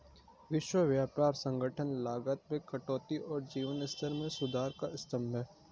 विश्व व्यापार संगठन लागत में कटौती और जीवन स्तर में सुधार का स्तंभ है